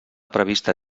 prevista